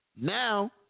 Now